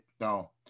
no